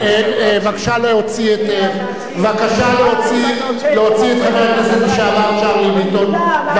בבקשה להוציא את חבר הכנסת לשעבר צ'רלי ביטון.